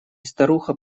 старуха